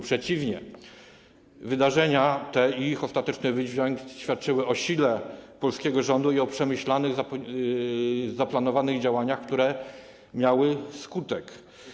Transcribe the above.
Przeciwnie, wydarzenia te i ich ostateczny wydźwięk świadczyły o sile polskiego rządu i o przemyślanych, zaplanowanych działaniach, które osiągnęły skutek.